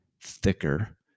thicker